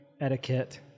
Etiquette